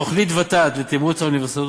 תוכנית ות"ת לתמרוץ האוניברסיטאות